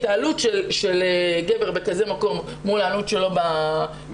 העלות של גבר בכזה מקום מול עלות שלו בהוסטל,